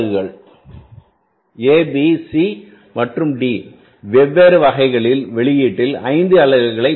A B C மற்றும் Dவெவ்வேறு வகைகளின்வெளியீட்டின் 5 அலகுகளைப் பெற